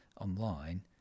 online